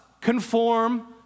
conform